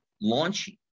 launching